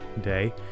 day